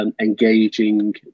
engaging